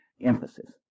emphasis